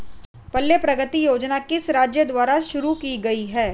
पल्ले प्रगति योजना किस राज्य द्वारा शुरू की गई है?